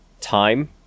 time